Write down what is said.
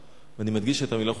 ואני מדגיש את המלה "חופשה".